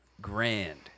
grand